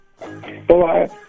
bye